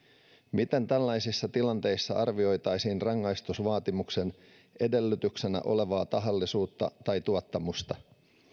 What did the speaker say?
miten tällaisissa tilanteissa arvioitaisiin rangaistusvaatimuksen edellytyksenä olevaa tahallisuutta tai tuottamusta